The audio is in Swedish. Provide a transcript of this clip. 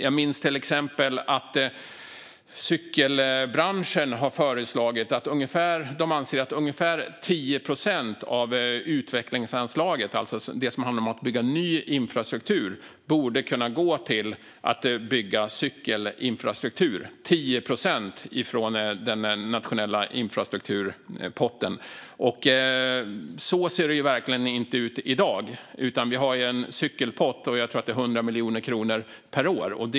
Jag minns till exempel att cykelbranschen har föreslagit att ungefär 10 procent av utvecklingsanslaget, det som handlar om att bygga ny infrastruktur, borde kunna gå till att bygga cykelinfrastruktur. Det handlar om 10 procent av den nationella infrastrukturpotten. Så ser det verkligen inte ut i dag. Vi har en cykelpott som jag tror är 100 miljoner kronor per år.